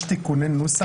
יש תיקוני נוסח?